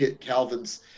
Calvin's